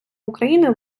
україни